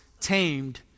tamed